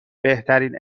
بهترین